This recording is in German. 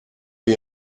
wir